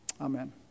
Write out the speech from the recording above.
Amen